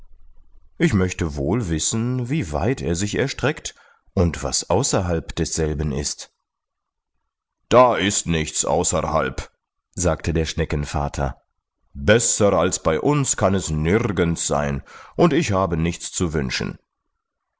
ich möchte wohl wissen wie weit er sich erstreckt und was außerhalb desselben ist da ist nichts außerhalb sagte der schneckenvater besser als bei uns kann es nirgends sein und ich habe nichts zu wünschen